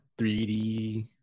3D